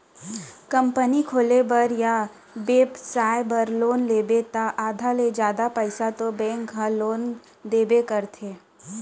company खोले बर या बेपसाय बर लोन लेबे त आधा ले जादा पइसा तो बेंक ह लोन देबे करथे